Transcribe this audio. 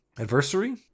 Adversary